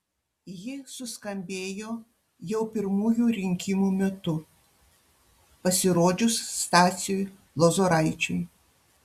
ji suskambėjo jau pirmųjų rinkimų metu pasirodžius stasiui lozoraičiui